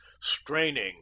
straining